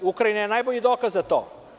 Ukrajina je najbolji dokaz za to.